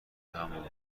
همان